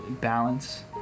balance